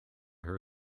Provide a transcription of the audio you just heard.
her